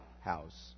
house